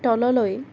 তললৈ